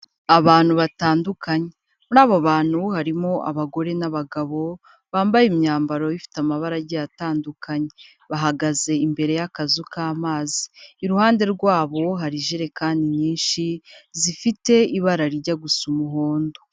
Abantu batandukanye, muri abo bantu harimo abagore n'abagabo, bambaye imyambaro ifite amabara agiye atandukanye, bahagaze imbere y'akazu k'amazi, iruhande rwabo hari ijerekani nyinshi zifite ibara rijya gusa umuhondo.